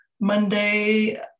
Monday